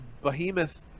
behemoth